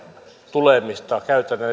tulemista käytännön